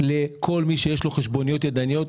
לכל מי שיש לו חשבוניות ידניות.